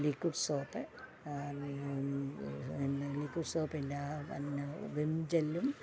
liquid soap ന്ന liquid സോപ്പിൻ്റെ ന്ന വിം ജെല്ലും